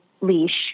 leash